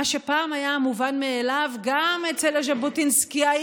מה שפעם היה מובן מאליו גם אצל הז'בוטינסקאים